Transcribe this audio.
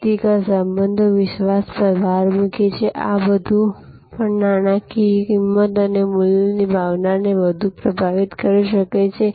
વ્યક્તિગત સંબંધો વિશ્વાસ પર ભાર મૂકે છે આ બધું પણ નાણાકીય કિંમત અને મૂલ્યની ભાવનાને ખૂબ પ્રભાવિત કરી શકે છે